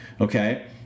Okay